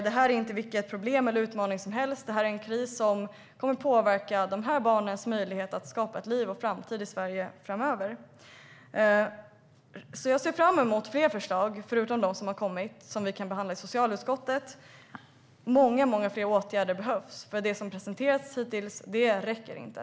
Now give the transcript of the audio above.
Detta är inte vilket problem eller vilken utmaning som helst, utan det är en kris som kommer att påverka dessa barns möjlighet att skapa ett liv och en framtid i Sverige framöver. Jag ser alltså fram emot fler förslag, utöver dem som har kommit, som vi kan behandla i socialutskottet. Många, många fler åtgärder behövs, för det som har presenterats hittills räcker inte.